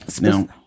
now